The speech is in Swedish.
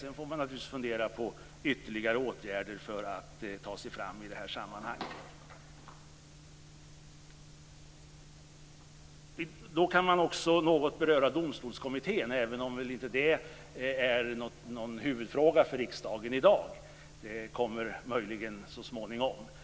Sedan får man naturligtvis fundera på ytterligare åtgärder för att ta sig fram i detta sammanhang. Jag skall säga något om Domstolskommittén, även om det inte är någon huvudfråga för riksdagen i dag. Den kommer möjligen att tas upp så småningom.